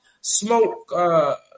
smoke